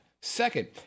Second